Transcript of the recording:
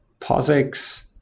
POSIX